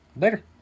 later